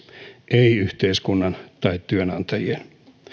ei yhteiskunnan tai työnantajien